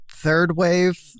third-wave